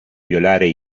violare